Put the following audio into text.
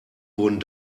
wurden